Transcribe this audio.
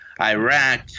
Iraq